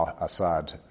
Assad